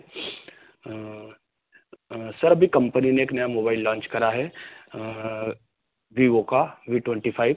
sir अभी company ने एक नया मोबाइल लॉन्च करा है वीवो का वी ट्वेंटी फ़ाइव